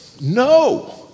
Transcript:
No